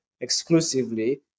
exclusively